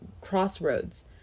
crossroads